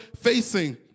facing